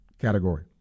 category